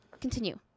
Continue